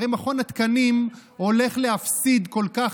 הרי מכון התקנים הולך להפסיד כל כך